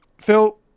Phil